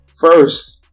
First